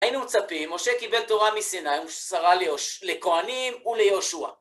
היינו מצפים, משה קיבל תורה מסיני, ששרה לכהנים וליהושע.